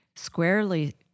squarely